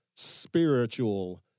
spiritual